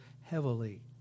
heavily